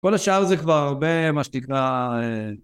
כל השאר זה כבר הרבה מה שנקרא...